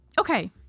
Okay